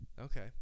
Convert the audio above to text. Okay